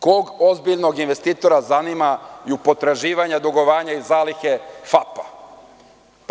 Kog ozbiljnog investitora zanima potraživanje dugovanja i zalihe FAP-a?